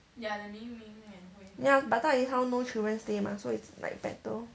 ya but 大姨 house no children stay mah so it's like better